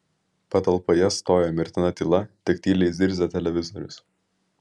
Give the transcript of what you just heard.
patalpoje stojo mirtina tyla tik tyliai zirzė televizorius